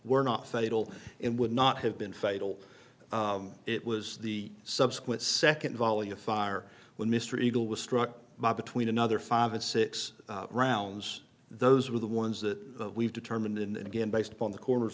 were not fatal in would not have been fatal it was the subsequent second volley of fire when mr eagle was struck by between another five and six rounds those were the ones that we've determined and again based upon the coroner